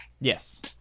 Yes